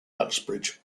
uxbridge